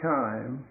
time